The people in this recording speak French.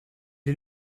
est